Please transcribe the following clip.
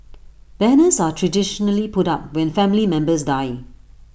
banners are traditionally put up when family members die